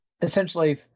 essentially